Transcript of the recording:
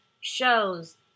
shows